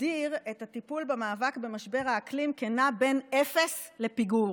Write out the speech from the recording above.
הגדיר את הטיפול במאבק במשבר האקלים כנע בין אפס לפיגור.